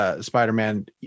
Spider-Man